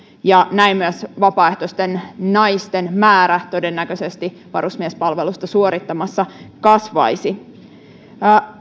ja näin myös vapaaehtoisten naisten määrä varusmiespalvelusta suorittamassa todennäköisesti kasvaisi